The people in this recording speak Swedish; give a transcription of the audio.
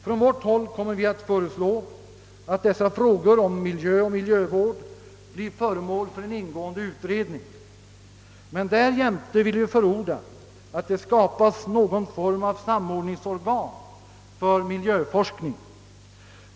Från vårt håll kommer vi att föreslå att dessa frågor om miljö och miljövård skall bli föremål för ingående utredning. Därjämte vill vi förorda att det skapas någon form av samordningsorgan för miljöforskningen.